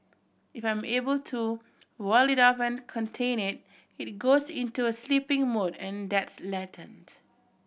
if I am able to wall it off and contain it it goes into a sleeping mode and that's latent